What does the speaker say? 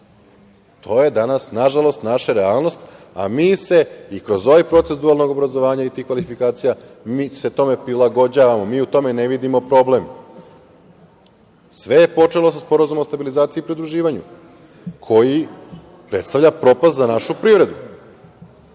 je danas, nažalost, naša realnost, a mi se i kroz ovaj proces dualnog obrazovanja i tih kvalifikacija, mi se tome prilagođavamo. Mi u tome ne vidimo problem. Sve je počelo sa Sporazumom o stabilizaciji i pridruživanju, koji predstavlja propast za našu privredu. Dakle,